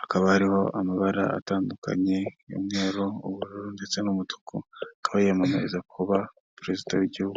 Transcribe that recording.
hakaba hariho amabara atandukanye umweru, ubururu, ndetse n'umutuku akaba yiyamamariza kuba perezida w'igihugu.